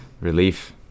relief